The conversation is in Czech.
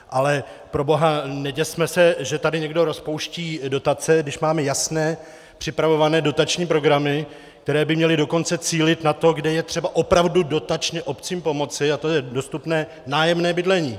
Ale proboha, neděsme se, že tady někdo rozpouští dotace, když máme jasné, připravované dotační programy, které by měly dokonce cílit na to, kde je třeba opravdu dotačně obcím pomoci, a to je dostupné nájemné bydlení.